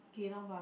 geylang-bahru